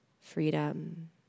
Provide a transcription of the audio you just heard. freedom